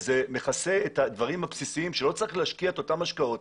וזה מכסה את הדברים הבסיסיים שלא צריך להשקיע את אותן השקעות,